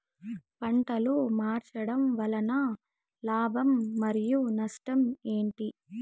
పంటలు మార్చడం వలన లాభం మరియు నష్టం ఏంటి